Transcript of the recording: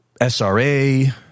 SRA